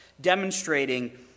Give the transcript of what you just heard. demonstrating